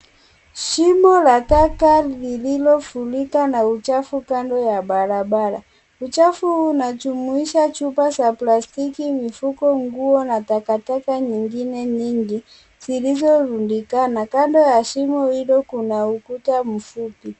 Shimo la taka lililpfurika na uchafu kando ya barabara, uchafu huu unajumuisha chupa za plastiki, mifuko, nguo na takataka nyingine nyingi zilizorundikana, kando ya shimo hilo kuna ukuta mfupi.